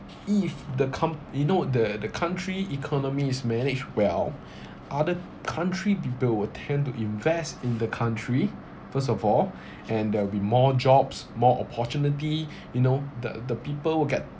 if the com~ you know the the country economy is managed well other country people will tend to invest in the country first of all and there will be more jobs more opportunity you know the the people will get